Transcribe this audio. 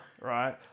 Right